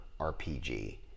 RPG